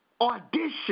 audition